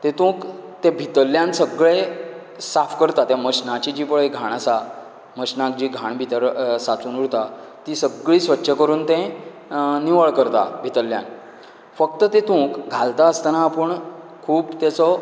तेतूंक ते भितरल्यान सगळें साफ करता त्या मनशाची पळय जी घाण आसा मशिनाक जी घाण भितर सांचून उरता ती सगळीं स्वच्छ करून तें निवळ करता भितरल्यान फक्त तेतूंत घालता आसतना पूण खूब तेचो